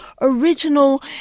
original